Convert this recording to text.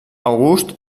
august